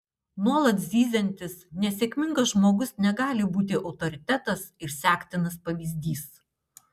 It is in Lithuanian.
nuolat zyziantis nesėkmingas žmogus negali būti autoritetas ir sektinas pavyzdys